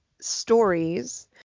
stories